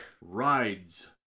Rides